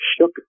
shook